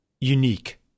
unique